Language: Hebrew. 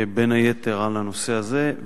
בין היתר, על הנושא הזה.